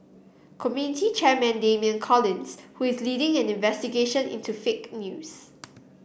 committee chairman Damian Collins who is leading an investigation into fake news